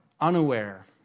Unaware